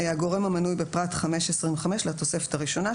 הגורם המנוי בפרט 5(25) לתוספת הראשונה,